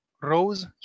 rose